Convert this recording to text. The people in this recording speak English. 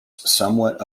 somewhat